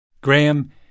Graham